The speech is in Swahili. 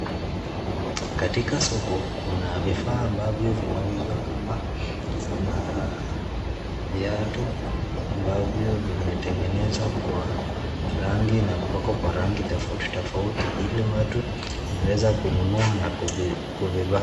Katika soko, kuna vifaa vianuza kama, kuna viatu, ambavyo vimetengenezwa kwa rangi, na kupakwa kwa rangi tofautitofauti, ili watu wanaweza kununua na kuvivaa.